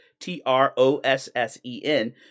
T-R-O-S-S-E-N